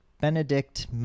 Benedict